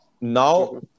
Now